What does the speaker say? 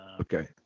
okay